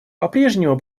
попрежнему